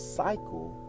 cycle